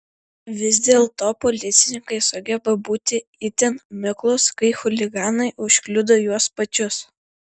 vis dėlto policininkai sugeba būti itin miklūs kai chuliganai užkliudo juos pačius